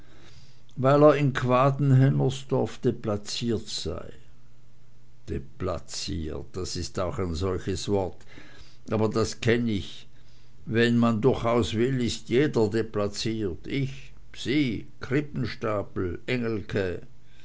weil er in quaden hennersdorf deplaciert sei deplaciert das ist auch solch wort das kenn ich wenn man durchaus will ist jeder deplaciert ich sie krippenstapel engelke